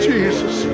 Jesus